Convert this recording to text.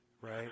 Right